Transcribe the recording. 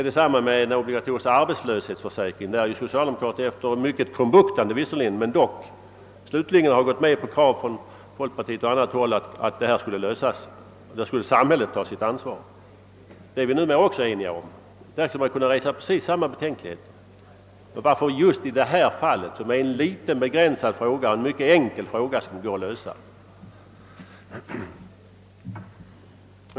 Samma var fallet med den obligatoriska arbetslöshetsförsäkringen, där socialdemokraterna efter mycket krumbuktande slutligen gick med på krav från folkpartiets sida att problemet skulle lösas och att samhället skulle ta sitt ansvar. Det är vi numera också eniga om. Jag undrar varför inte problemet går att lösa i detta fall när det gäller en mycket enkel och begränsad fråga.